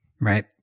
Right